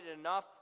enough